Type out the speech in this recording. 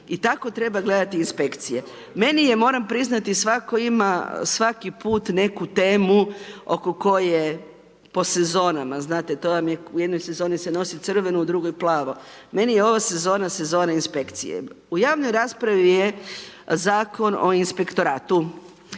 i tako gledati inspekcije. Meni je, moram priznati, svatko ima svaki put neku temu, oko koje, po sezonama, znate to vam je u jednoj sezoni se nosi crveno, u drugoj plavo, meni je ovo sezona, sezona inspekcije. U javnoj raspravi je Zakon o inspektoratu.